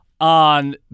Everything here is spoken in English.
on